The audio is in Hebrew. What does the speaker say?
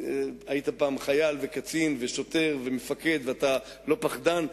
והיית פעם חייל וקצין ושוטר ומפקד ואתה לא פחדן,